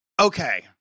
okay